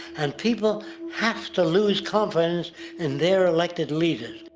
and people have to lose confidence in their elected leaders.